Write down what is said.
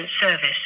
service